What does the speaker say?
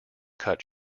cut